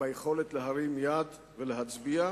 ביכולת להרים יד ולהצביע,